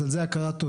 אז על זה הכרת תודה,